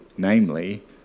namely